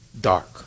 dark